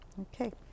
Okay